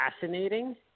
fascinating